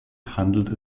handelte